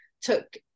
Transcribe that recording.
took